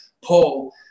Paul